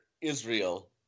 Israel